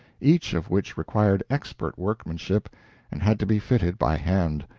each of which required expert workmanship and had to be fitted by hand.